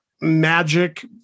magic